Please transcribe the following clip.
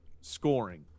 scoring